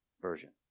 version